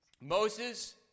Moses